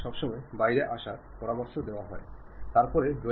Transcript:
അത്തരമൊരു സാഹചര്യത്തിൽ നിങ്ങൾ കൈമാറുന്ന വിവരങ്ങൾ ഫലപ്രദമാകില്ല